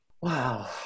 Wow